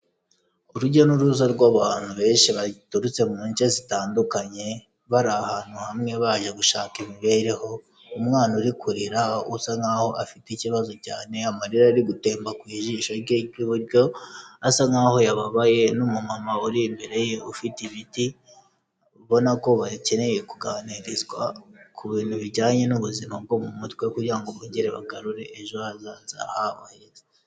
Urujya n'uruza rw'abantu benshi baturutse mu nce zitandukanye, bari ahantu hamwe baje gushaka imibereho, umwana uri kurira usa nkaho afite ikibazo cyane, amarira ari gutemba ku ijisho rye ry'iburyo asa nkaho yababaye n'umumama uri imbere ye ufite ibiti, ubona ko bakeneye kuganirizwa ku bintu bijyanye n'ubuzima bwo mu mutwe kugira ngo bongere bagarure ejo hazaza habo heza.